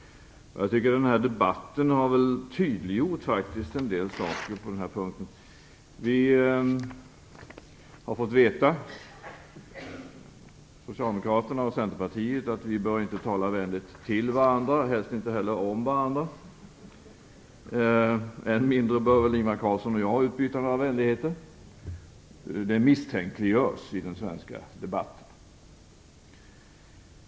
Jag tycker att den här debatten faktiskt har tydliggjort en del saker på den punkten. Vi i Socialdemokraterna och Centerpartiet har fått veta att vi inte bör tala vänligt till varandra och helst inte om varandra. Än mindre bör väl Ingvar Carlsson och jag utbyta några vänligheter, eftersom det misstänkliggörs i den svenska debatten.